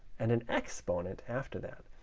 and an exponent after that.